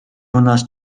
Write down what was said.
юунаас